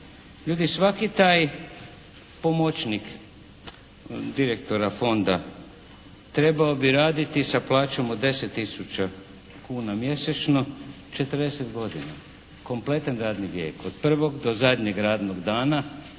Ljudi svaki taj pomoćnik direktora fonda trebao bi raditi sa plaćom od 10 tisuća kuna mjesečno 40 godina, kompletan radni vijek od prvog do zadnjeg radnog dana